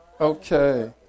Okay